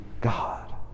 God